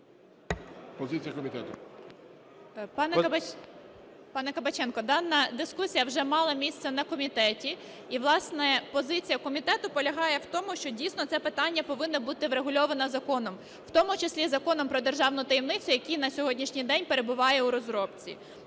ЯНЧЕНКО Г.І. Пане Кабаченко, дана дискусія вже мала місце на комітеті і, власне, позиція комітету полягає в тому, що дійсно це питання повинно бути врегульоване законом, в тому числі Законом "Про державну таємницю", який на сьогоднішній день перебуває у розробці.